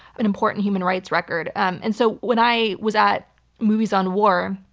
an important human rights record. and so when i was at movies on war,